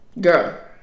Girl